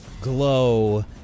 glow